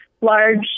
large